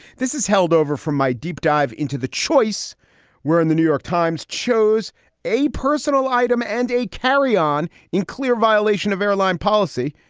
this is held over from my deep dive into the choice where in the new york times chose a personal item and a carry on in clear violation of airline policy.